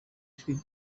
ijwi